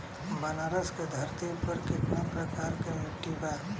बनारस की धरती पर कितना प्रकार के मिट्टी बा?